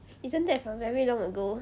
isn't that from very long ago